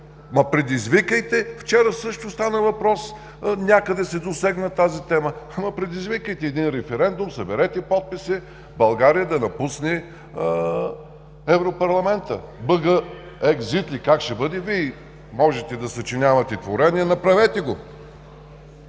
Предизвикайте… Вчера също стана въпрос, някъде се засегна тази тема. Предизвикайте референдум. Съберете подписи България да напусне Европарламента. „БГ екзит“ ли, как ще бъде, Вие можете да съчинявате творения – направете го.